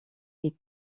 est